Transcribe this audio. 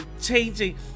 changing